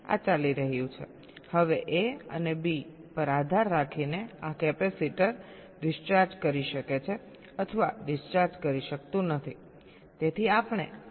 આ ચાલી રહ્યું છે હવે A અને B પર આધાર રાખીને આ કેપેસિટર ડિસ્ચાર્જ કરી શકે છે અથવા ડિસ્ચાર્જ કરી શકતું નથી